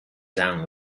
down